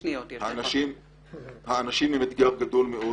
האנשים הם אתגר גדול מאוד